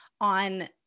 on